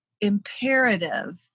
imperative